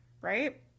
Right